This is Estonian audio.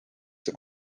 see